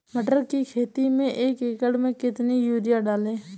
मटर की खेती में एक एकड़ में कितनी यूरिया डालें?